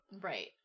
Right